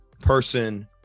person